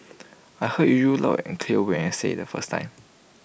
I heard you loud and clear when you said IT the first time